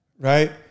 right